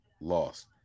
lost